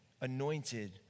anointed